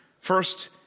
First